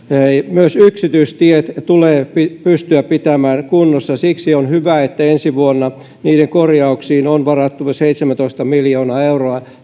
myös yksityistiet tulee pystyä pitämään kunnossa siksi on hyvä että ensi vuonna niiden korjauksiin on varattu seitsemäntoista miljoonaa euroa